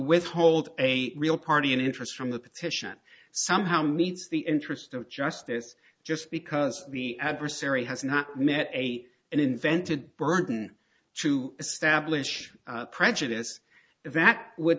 withhold a real party and interest from the petition somehow means the interest of justice just because the adversary has not met a and invented burden to establish prejudice that would